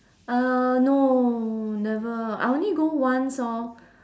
uh no never I only go once orh